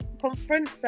conference